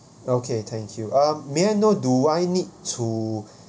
okay thank you uh may I know do I need to